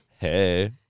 Hey